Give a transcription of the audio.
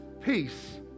peace